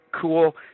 cool